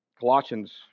Colossians